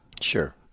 Sure